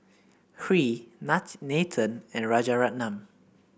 Hri Nathan and Rajaratnam